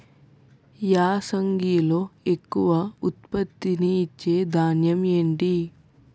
యాసంగిలో ఎక్కువ ఉత్పత్తిని ఇచే ధాన్యం ఏంటి?